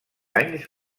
anys